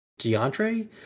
DeAndre